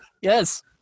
Yes